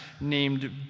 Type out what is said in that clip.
named